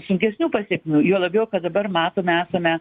sunkesnių pasekmių juo labiau kad dabar matome esame